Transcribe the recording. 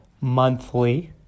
monthly